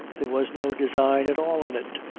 there was no design at all in it.